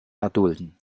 erdulden